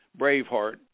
Braveheart